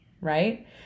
right